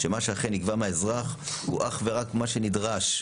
ומה שאכן נגבה מהאזרח הוא אך ורק מה שנדרש.